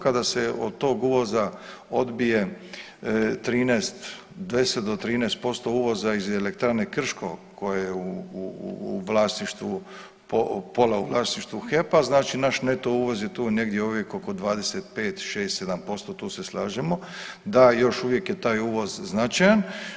Kada se od tog uvoza odbije 13, 10 do 13% uvoza iz Elektrane Krško koja je u vlasništvu, pola u vlasništvu HEP-a, znači naš neto uvoz je tu negdje uvijek oko 25, '6, '7%, tu se slažemo, da još uvijek je taj uvoz značajan.